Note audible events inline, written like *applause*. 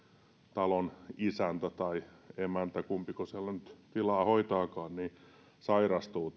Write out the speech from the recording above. talon isäntä tai emäntä kumpiko siellä nyt tilaa hoitaakaan sairastuu *unintelligible*